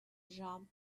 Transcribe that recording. jump